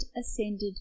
ascended